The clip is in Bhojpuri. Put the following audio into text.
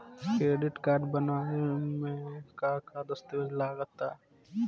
क्रेडीट कार्ड बनवावे म का का दस्तावेज लगा ता?